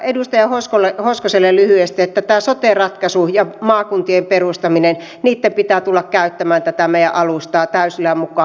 edustaja hoskoselle lyhyesti tästä sote ratkaisusta ja maakuntien perustamisesta että niitten pitää tulla käyttämään tätä meidän alustaamme täysillä mukaan